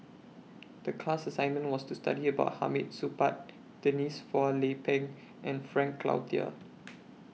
The class assignment was to study about Hamid Supaat Denise Phua Lay Peng and Frank Cloutier